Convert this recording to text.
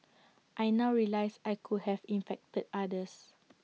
I now realise I could have infected others